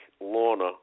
Lorna